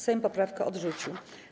Sejm poprawkę odrzucił.